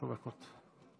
עשר דקות.